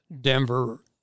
Denver